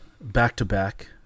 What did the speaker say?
back-to-back